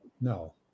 no